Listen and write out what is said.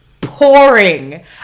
pouring